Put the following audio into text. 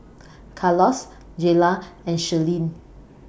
Carlos Jaylah and Shirlene